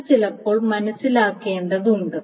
ഇത് ചിലപ്പോൾ മനസ്സിലാക്കേണ്ടതുണ്ട്